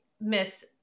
miss